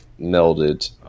melded